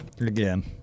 Again